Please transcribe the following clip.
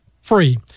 free